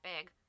big